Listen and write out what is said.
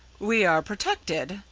we are protected,